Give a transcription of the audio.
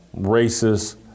racist